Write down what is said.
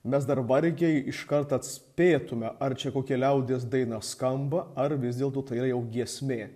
mes dar vargiai iškart atspėtume ar čia kokia liaudies daina skamba ar vis dėlto tai yra jau giesmė